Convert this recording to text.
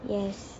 yes